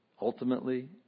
ultimately